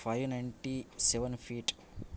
five ninety seven feet